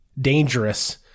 dangerous